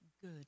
good